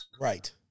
Right